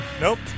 Nope